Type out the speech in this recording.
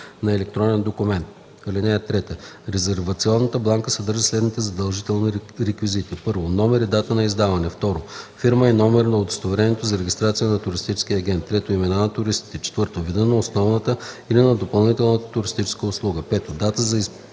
на електронен документ. (3) Резервационната бланка съдържа следните задължителни реквизити: 1. номер и дата на издаването; 2. фирма и номер на удостоверението за регистрация на туристическия агент; 3. имена на туристите; 4. вида на основната или на допълнителната туристическа услуга; 5. дата за изпълнение